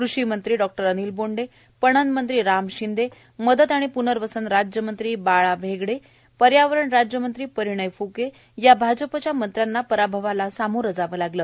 कृषी मंत्री डॉ अनिल बोंडे पणन मंत्री राम शिंदे मदत आणि प्नर्वसन राज्यमंत्री बाळा भैगडे पर्यावरण राज्यमंत्री परिणय फ्के या भाजपच्या मंत्र्यांना पराभवास सामोरे जावे लागले